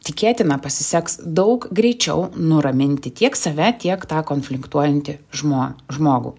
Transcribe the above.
tikėtina pasiseks daug greičiau nuraminti tiek save tiek tą konfliktuojantį žmo žmogų